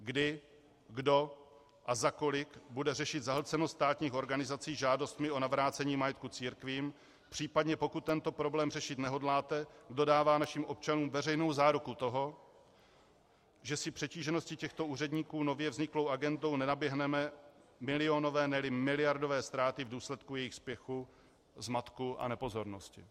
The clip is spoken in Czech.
Kdy, kdo a za kolik bude řešit zahlcenost státních organizací žádostmi o navrácení majetku církvím, případně, pokud tento problém řešit nehodláte, kdo dává našim občanům veřejnou záruku toho, že si přetížeností těchto úředníků nově vzniklou agendou nenaběhneme milionové, neli miliardové ztráty v důsledku jejich spěchu, zmatku a nepozornosti?